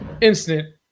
instant